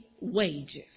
wages